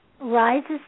rises